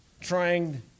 trying